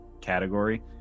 category